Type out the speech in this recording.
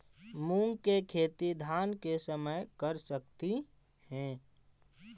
मुंग के खेती धान के समय कर सकती हे?